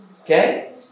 Okay